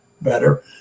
better